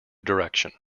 direction